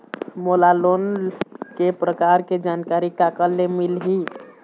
मोला लोन के प्रकार के जानकारी काकर ले मिल ही?